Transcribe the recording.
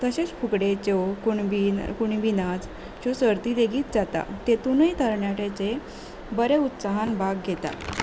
तशेंच फुगडेच्यो कुणबी कुणबी नाच ज्यो सर्ती लेगीत जाता तातुंनूय तरणाट्याचें बरें उत्साहान भाग घेता